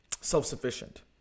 self-sufficient